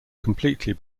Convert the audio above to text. completely